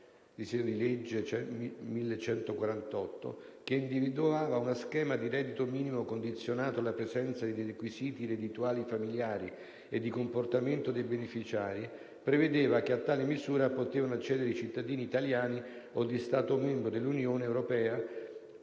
il disegno di legge n. 1148 del 2013, che individuava uno schema di reddito minimo condizionato alla presenza dei requisiti reddituali familiari e di comportamento dei beneficiari, prevedeva che a tale misura potessero accedere i cittadini italiani o di Stato membro dell'Unione europea